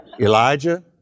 Elijah